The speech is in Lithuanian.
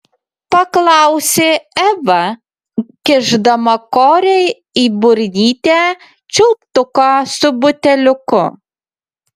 paklausė eva kišdama korei į burnytę čiulptuką su buteliuku